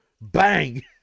bang